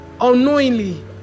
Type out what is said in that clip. unknowingly